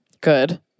Good